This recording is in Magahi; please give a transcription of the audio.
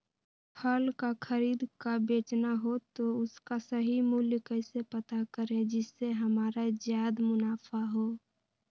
फल का खरीद का बेचना हो तो उसका सही मूल्य कैसे पता करें जिससे हमारा ज्याद मुनाफा हो?